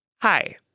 Hi